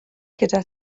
gyda